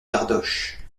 cardoche